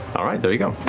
all right, there you go,